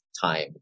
time